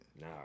Nah